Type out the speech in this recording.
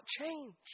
change